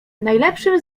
najlepszym